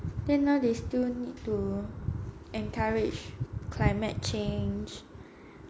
then now they still need to encourage climate change